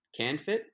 CanFit